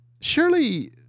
Surely